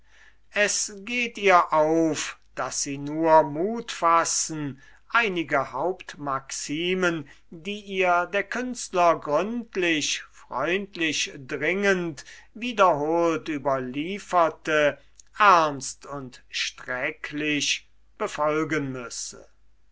es geht ihr auf daß sie nur mut fassen einige hauptmaximen die ihr der künstler gründlich freundlich dringend wiederholt überlieferte ernst und sträcklich befolgen müsse